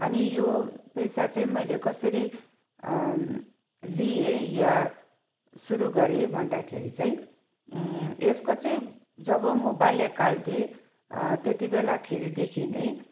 अनि यो पेसा चाहिँ मैले कसरी लिएँ या सुरु गरेँ भन्दाखेरि चाहिँ यसको चाहिँ जब म बाल्यकाल थिएँ त्यति बेलाखेरिदेखि नै